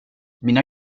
mina